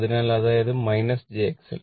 അതിനാൽ അതായത് jXL